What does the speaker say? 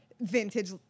Vintage